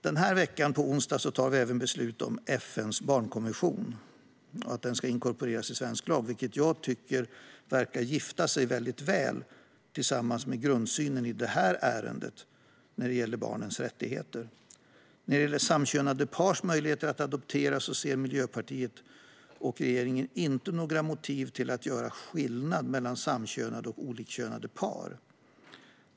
Den här veckan, på onsdag, tar vi även beslut om att FN:s barnkonvention ska inkorporeras i svensk lag, vilket jag tycker gifter sig väldigt väl med grundsynen i det här ärendet när det gäller barnens rättigheter. När det gäller samkönade pars möjligheter att adoptera ser Miljöpartiet och regeringen inte några motiv till att göra skillnad mellan samkönade och olikkönade par.